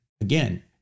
Again